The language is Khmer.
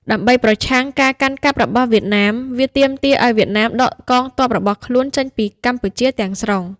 ដើម្បីប្រឆាំងការកាន់កាប់របស់វៀតណាម វាទាមទារឱ្យវៀតណាមដកកងទ័ពរបស់ខ្លួនចេញពីកម្ពុជាទាំងស្រុង ។